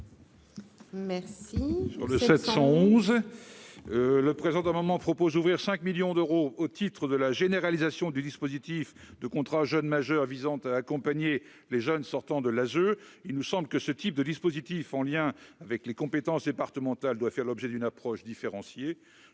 Merci. Le 711 le présent amendement propose ouvrir 5 millions d'euros au titre de la généralisation du dispositif de contrat jeune majeur visant à accompagner les jeunes sortant de l'âge, il nous semble que ce type de dispositif en lien avec les compétences départementales doit faire l'objet d'une approche différenciée